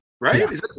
right